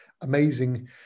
amazing